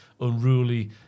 unruly